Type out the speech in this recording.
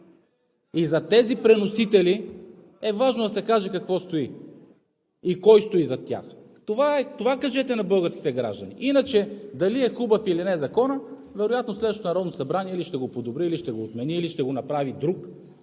и зад тези приносители е важно да се каже какво стои и кой стои зад тях. Това е! Това кажете на българските граждани. Иначе Законът дали е хубав или не, вероятно следващото Народно събрание или ще го подобри, или ще го отмени, или ще го направи друг